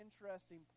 interesting